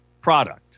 product